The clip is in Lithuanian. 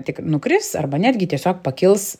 tik nukris arba netgi tiesiog pakils